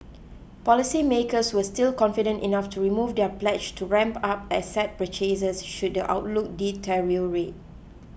policy makers were still confident enough to remove their pledge to ramp up asset purchases should the outlook deteriorate